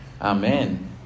Amen